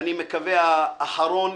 ואני מקווה שהאחרון,